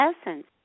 essence